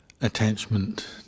attachment